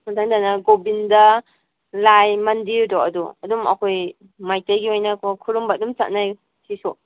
ꯃꯊꯪꯗꯅ ꯒꯣꯚꯤꯟꯗ ꯂꯥꯏ ꯃꯗꯤꯔꯗꯣ ꯑꯗꯣ ꯑꯗꯨꯝ ꯑꯩꯈꯣꯏ ꯃꯩꯇꯩꯒꯤ ꯑꯣꯏꯅꯀꯣ ꯈꯨꯔꯨꯝꯕ ꯑꯗꯨꯝ ꯆꯠꯅꯩ ꯁꯤꯁꯨ